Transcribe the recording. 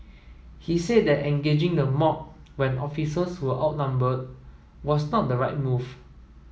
he said that engaging the mob when officers were outnumbered was not the right move